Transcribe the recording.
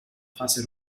fase